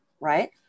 right